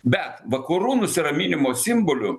bet vakarų nusiraminimo simboliu